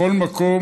בכל מקום.